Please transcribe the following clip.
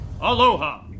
aloha